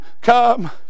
come